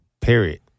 Period